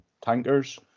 tankers